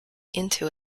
into